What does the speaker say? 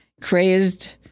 crazed